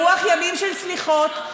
ברוח ימים של סליחות,